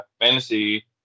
fantasy